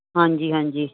ਹਾਂਜੀ ਹਾਂਜੀ